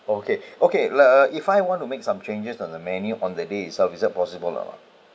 okay okay let uh if I want to make some changes on the menu on the day itself is that possible lah uh